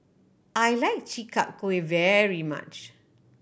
I like Chi Kak Kuih very much